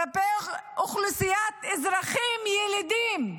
כלפי אוכלוסיית אזרחים, ילידים.